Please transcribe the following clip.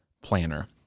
Planner